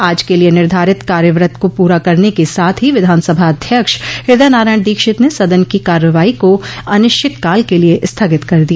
आज के लिये निर्धारित कार्यवृत को पूरा करने के साथ ही विधानसभा अध्यक्ष हृदयनारायण दीक्षित ने सदन की कार्रवाई को अनिश्चित काल के लिए स्थगित कर दिया